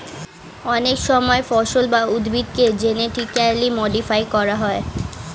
অনেক সময় ফসল বা উদ্ভিদকে জেনেটিক্যালি মডিফাই করা হয়